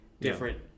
different